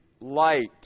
light